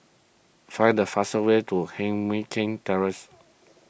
find the fastest way to Heng Mui Keng Terrace